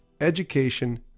education